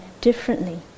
Differently